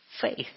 faith